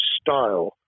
style